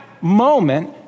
moment